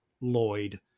Lloyd